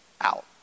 out